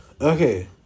Okay